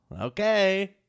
Okay